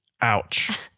Ouch